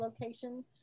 location